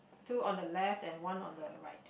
two on the left and one on the right